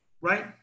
right